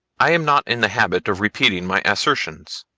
i am not in the habit of repeating my assertions,